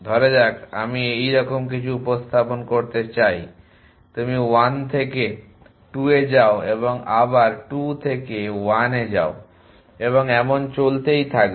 ধরা যাক আমি এইরকম কিছু উপস্থাপন করতে চাই তুমি 1 থেকে 2 এ যাও এবং আবার 2 থেকে 1 এ যাও এবং এমন চলতেই থাকবে